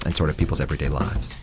and sort of people's everyday lives